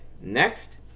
next